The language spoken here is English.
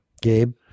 gabe